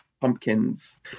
pumpkins